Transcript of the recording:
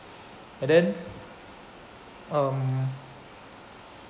and then um